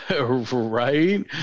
Right